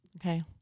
Okay